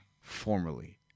formerly